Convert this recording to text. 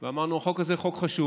ואמרנו: החוק הזה הוא חוק חשוב,